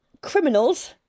criminals